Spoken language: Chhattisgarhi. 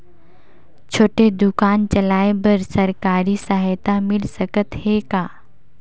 छोटे दुकान चलाय बर सरकारी सहायता मिल सकत हे का?